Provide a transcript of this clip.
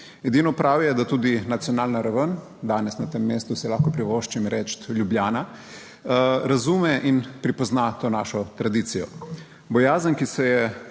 Edino prav je, da tudi nacionalna raven danes na tem mestu si lahko privoščim reči Ljubljana, razume in prepozna to našo tradicijo. Bojazen, ki se je